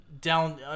down